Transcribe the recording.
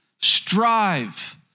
strive